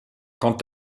quand